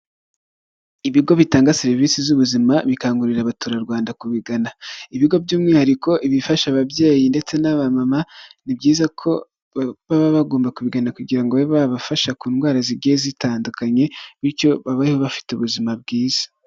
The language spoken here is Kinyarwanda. Ibigo bitanga serivisi z'ubuzima bikangurira abaturarwanda kubigana, ibigo by'umwihariko ibifasha ababyeyi ndetse n'abamama, ni byiza ko baba bagomba kubigana kugira ngo babe babafasha ku ndwara zigiye zitandukanye bityo babeho bafite ubuzima bwiza.